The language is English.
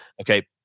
Okay